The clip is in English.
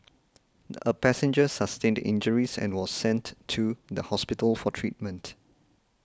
a passenger sustained injuries and was sent to the hospital for treatment